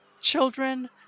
children